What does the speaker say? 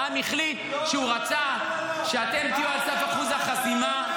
העם החליט שהוא רצה שאתם תהיו על סף אחוז החסימה.